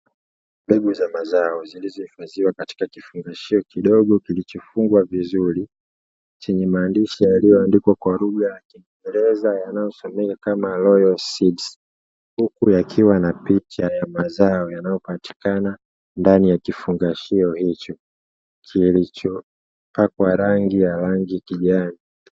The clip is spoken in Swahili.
Mbegu za mazao zilizohifadhiwa katika kifungashio kidogo kilichofungwa vizuri chenye maandishi yaliyoandikwa kwa lugha ya kiingereza yanayosomeka kama “ Royal Seeds”. Huku yakiwa na picha ya mazao yanayopatikana ndani ya kifungashio hicho kilichopakwa rangi ya rangi kijani.